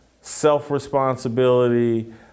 self-responsibility